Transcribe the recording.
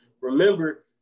Remember